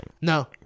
No